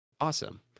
awesome